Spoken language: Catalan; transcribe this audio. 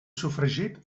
sofregit